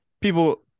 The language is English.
people